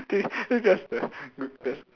they just a